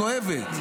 כואבת.